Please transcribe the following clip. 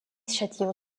châtillon